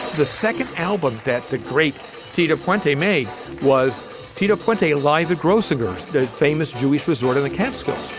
the second album that the great t-to point they made was tito puente, a live at grossinger's, the famous jewish resort in the catskills